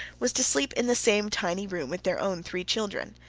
was to sleep in the same tiny room with their own three children.